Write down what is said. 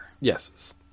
Yes